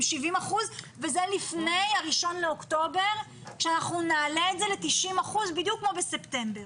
זה לפני ה-1 באוקטובר עת נעלה את זה ל-90 אחוזים בדיוק כמו בספטמבר.